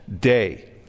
day